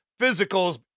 physicals